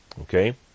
Okay